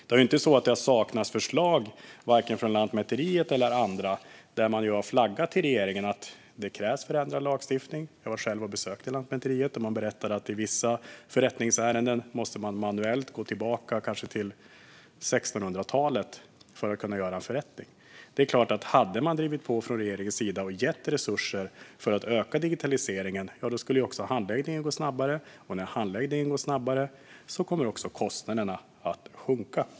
Det har inte saknats förslag, vare sig från Lantmäteriet eller från andra, där man har flaggat för regeringen om att det krävs förändrad lagstiftning. Jag besökte själv Lantmäteriet, och man berättade att man i vissa ärenden manuellt måste gå tillbaka till kanske 1600-talet för att kunna göra en förrättning. Det är klart att om man från regeringens sida hade drivit på och gett resurser för att öka digitaliseringen hade handläggningen gått snabbare. Och när handläggningen går snabbare kommer kostnaderna också att sjunka.